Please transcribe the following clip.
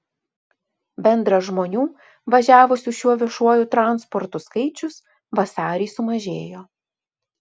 bendras žmonių važiavusių šiuo viešuoju transportu skaičius vasarį sumažėjo